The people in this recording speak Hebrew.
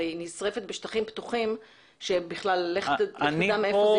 הרי היא נשרפת בשטחים פתוחים שלך תדע מאיפה זה